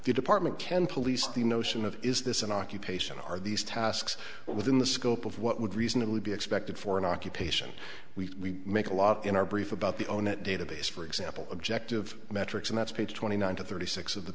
department can police the notion of is this an occupation are these tasks well within the scope of what would reasonably be expected for an occupation we make a lot in our brief about the owner at database for example objective metrics and that's page twenty nine to thirty six of the